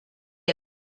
you